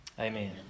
Amen